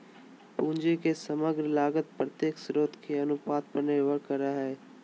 पूंजी के समग्र लागत प्रत्येक स्रोत के अनुपात पर निर्भर करय हइ